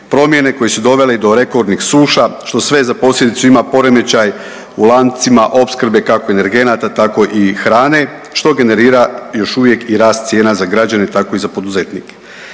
promjene koje su dovele i do rekordnih suša što sve za posljedicu ima poremećaj u lancima opskrbe kako energenata, tako i hrane što generira još uvijek i rast cijena za građane, tako i za poduzetnike.